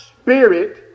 spirit